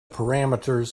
parameters